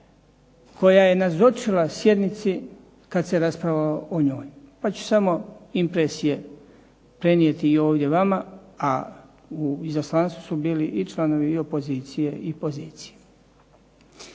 koja je nazočila sjednici kad se raspravljalo o njoj, pa ću samo impresije prenijeti i ovdje vama. A u izaslanstvu su bili i članovi opozicije i pozicije.